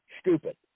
stupid